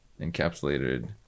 encapsulated